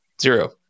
Zero